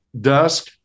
dusk